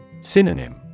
Synonym